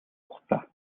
хугацаа